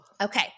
Okay